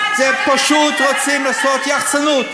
פשוט רוצים לעשות יחצנות.